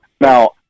Now